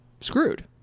screwed